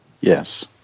Yes